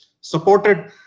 supported